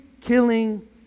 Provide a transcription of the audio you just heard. killing